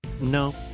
no